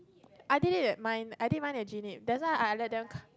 I did it mine I did mine in Jean-Yip that's why I let them cut